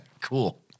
Cool